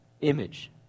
image